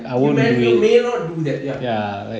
you may you may not do that ya